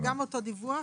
זה גם אותו דיווח,